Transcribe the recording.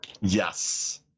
yes